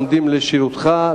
עומדים לשירותך,